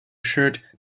shirt